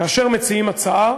כאשר מציעים הצעה,